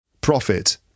profit